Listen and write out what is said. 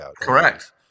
Correct